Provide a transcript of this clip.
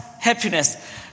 happiness